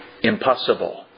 impossible